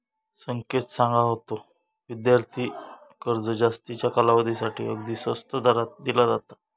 संकेत सांगा होतो, विद्यार्थी कर्ज जास्तीच्या कालावधीसाठी अगदी स्वस्त दरात दिला जाता